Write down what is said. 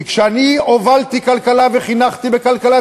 כי כשאני הובלתי כלכלה וחינכתי בכלכלה,